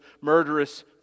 murderous